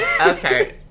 Okay